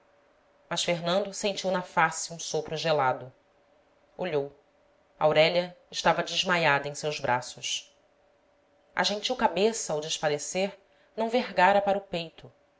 mas fernando sentiu na face um sopro gelado olhou aurélia estava desmaiada em seus braços a gentil cabeça ao desfalecer não vergara para o peito